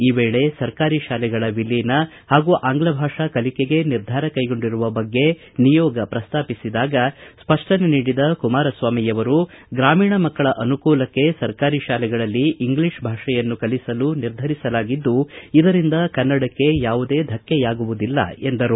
ಈ ವೇಳೆ ಸರ್ಕಾರಿ ಶಾಲೆಗಳ ವಿಲೀನ ಹಾಗೂ ಆಂಗ್ಲಭಾಷೆ ಕಲಿಕೆಗೆ ನಿರ್ಧಾರ ಕೈಗೊಂಡಿರುವ ಬಗ್ಗೆ ನಿಯೋಗ ಪ್ರಸ್ತಾಪಿಸಿದಾಗ ಸ್ಪಷ್ಟನೆ ನೀಡಿದ ಕುಮಾರಸ್ವಾಮಿ ಅವರು ಗ್ರಾಮೀಣ ಮಕ್ಕಳ ಅನುಕೂಲಕ್ಕೆ ಸರ್ಕಾರಿ ತಾಲೆಗಳಲ್ಲಿ ಇಂಗ್ಲೀಷ್ ಭಾಷೆಯನ್ನು ಕಲಿಸಲು ನಿರ್ಧರಿಸಲಾಗಿದ್ದು ಇದರಿಂದ ಕನ್ನಡಕ್ಕೆ ಯಾವುದೇ ಧಕ್ಕೆಯಾಗುವುದಿಲ್ಲ ಎಂದರು